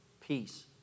peace